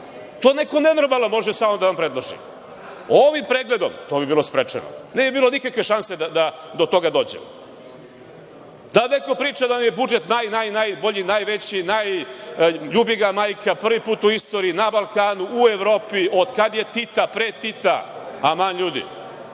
To neko nenormalan može samo da vam predloži. Ovim pregledom to bi bilo sprečeno. Ne bi bilo nikakve šanse da do toga dođe. Da neko priča da nam je budžet naj, naj, najbolji, najveći, ljubi ga majka, prvi put u istoriji, na Balkanu, u Evropi, od kad je Tita, pre Tita. Aman, ljudi,